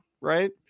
right